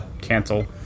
cancel